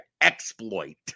exploit